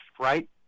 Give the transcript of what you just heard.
right